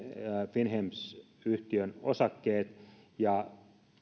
finnhems yhtiön osakkeet ja